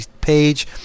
page